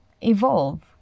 Evolve